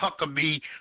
Huckabee